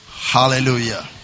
hallelujah